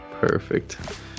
perfect